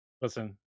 Listen